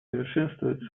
совершенствовать